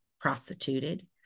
prostituted